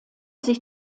sich